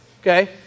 okay